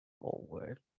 forward